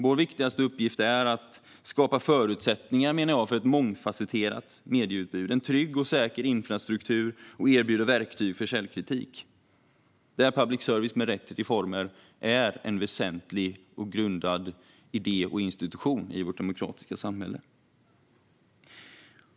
Vår viktigaste uppgift, menar jag, är att skapa förutsättningar för ett mångfasetterat medieutbud och en trygg och säker infrastruktur och att erbjuda verktyg för källkritik. Där är public service - med rätt reformer - en väsentlig och grundläggande idé och institution i vårt demokratiska samhälle.